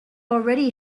already